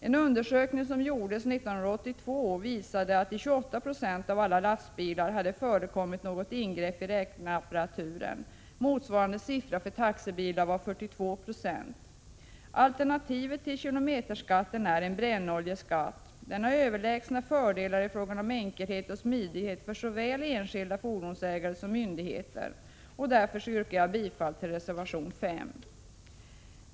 En undersökning som gjordes 1982 visade att det i 28 96 av alla lastbilar hade förekommit något ingrepp i räkneapparaturen. Motsvarande siffra för taxibilar var 42 Jo. Alternativet till kilometerskatten är en brännoljeskatt. Den har överlägsna fördelar i fråga om enkelhet och smidighet för såväl enskilda fordonsägare som myndigheter. Därför yrkar jag bifall till reservation 5.